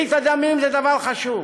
ברית הדמים זה דבר חשוב,